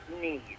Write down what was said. need